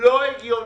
לא הגיוני,